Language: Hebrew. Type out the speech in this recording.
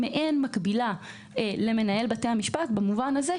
מעין מקבילה למנהל בתי המשפט במובן זה,